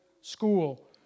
school